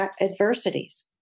adversities